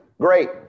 great